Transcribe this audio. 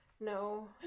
No